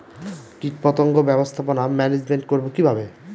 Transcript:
কীটপতঙ্গ ব্যবস্থাপনা ম্যানেজমেন্ট করব কিভাবে?